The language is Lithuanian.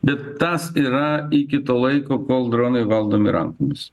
bet tas yra iki to laiko kol dronai valdomi rankomis